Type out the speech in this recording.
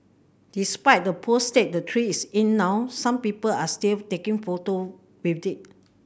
despite the poor state the tree is in now some people are still taking photo with it